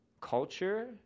culture